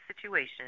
situation